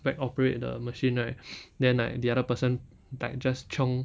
like operate the machine right then like the other person like just chiong